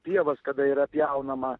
pievas kada yra pjaunama